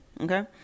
okay